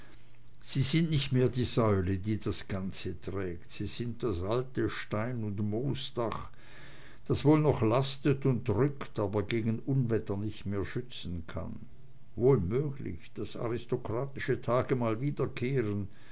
sie sind nicht mehr die säule die das ganze trägt sie sind das alte stein und moosdach das wohl noch lastet und drückt aber gegen unwetter nicht mehr schützen kann wohl möglich daß aristokratische tage mal wiederkehren